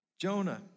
Jonah